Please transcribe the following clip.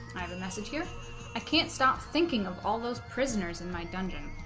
i have a message here i can't stop thinking of all those prisoners in my dungeon